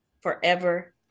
forever